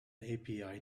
api